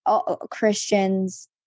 Christians